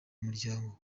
umuryango